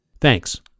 Thanks